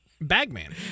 Bagman